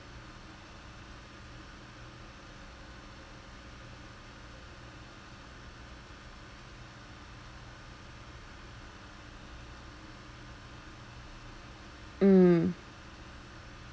mm